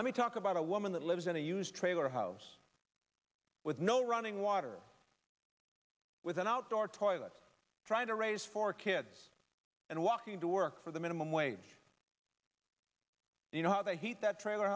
let me talk about a woman that lives in a used trailer house with no running water with an outdoor toilet trying to raise four kids and walking to work for the minimum wage you know how they heat that trailer